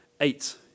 eight